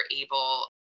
able